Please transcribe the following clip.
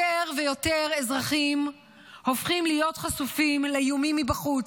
יותר ויותר אזרחים הופכים להיות חשופים לאיומים מבחוץ.